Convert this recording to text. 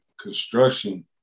construction